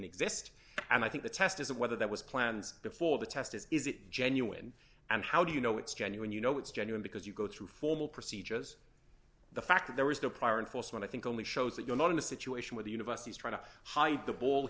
exist and i think the test is whether that was planned before the test is is it genuine and how do you know it's genuine you know it's genuine because you go through formal procedures the fact that there was no prior enforcement i think only shows that you're not in a situation where the university is trying to hide the ball